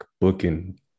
booking